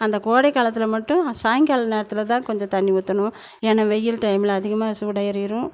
அந்த கோடை காலத்தில் மட்டும் சாயங்கால நேரத்தில் தான் கொஞ்சம் தண்ணீர் ஊற்றணும் ஏன்னால் வெயில் டைமில் அதிகமாக சூடு ஏறிடும்